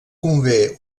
convé